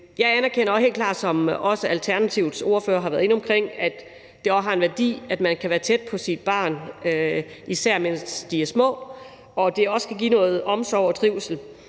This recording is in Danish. Jeg anerkender også helt klart, som Alternativets ordfører har været inde omkring, at det har en værdi, at man kan være tæt på sine børn, især mens de er små, og at det også kan give noget omsorg og trivsel.